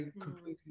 completely